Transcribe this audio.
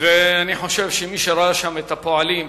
ואני חושב שמי שראה שם את הפועלים,